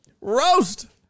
Roast